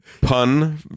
pun